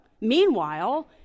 meanwhile